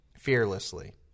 Fearlessly